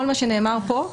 כל מה שנאמר פה,